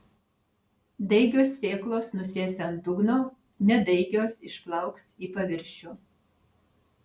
daigios sėklos nusės ant dugno nedaigios išplauks į paviršių